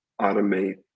automate